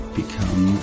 become